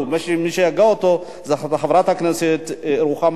מי שהגה אותו זו חברת הכנסת רוחמה,